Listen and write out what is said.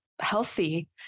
healthy